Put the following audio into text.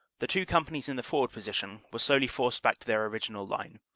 the two companies in the forward position were slowly forced back to their original line.